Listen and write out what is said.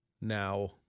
Now